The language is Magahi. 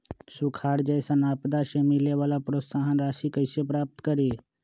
सुखार जैसन आपदा से मिले वाला प्रोत्साहन राशि कईसे प्राप्त करी?